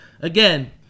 again